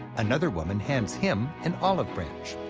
another woman hands him an olive branch,